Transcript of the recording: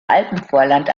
alpenvorland